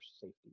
safety